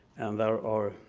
there are